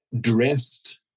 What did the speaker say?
dressed